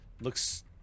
looks